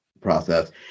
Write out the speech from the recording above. process